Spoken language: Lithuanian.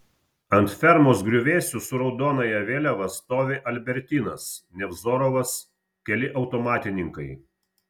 ant fermos griuvėsių su raudonąja vėliava stovi albertynas nevzorovas keli automatininkai